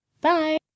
Bye